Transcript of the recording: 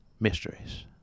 mysteries